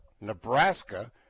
Nebraska